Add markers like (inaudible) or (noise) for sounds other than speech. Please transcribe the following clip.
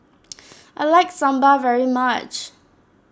(noise) I like Sambal very much